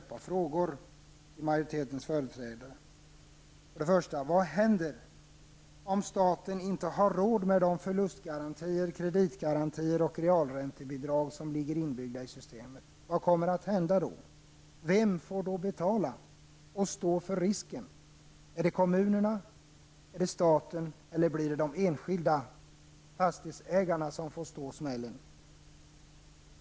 1. Vad händer om staten inte har råd med de förlustgarantier, kreditgarantier och realräntebidrag som ligger inbygga i systemet? Vem får då betala och stå för risken? Är det kommunerna, är det staten eller de enskilda fastighetsägarna som får ta smällen?